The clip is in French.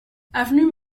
avenue